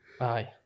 Aye